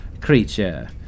creature